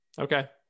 Okay